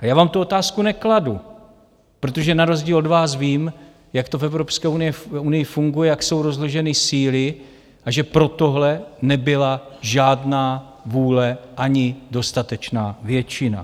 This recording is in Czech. A já vám tu otázku nekladu, protože na rozdíl od vás vím, jak to v Evropské unii funguje, jak jsou rozloženy síly a že pro tohle nebyla žádná vůle ani dostatečná většina.